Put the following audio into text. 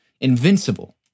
invincible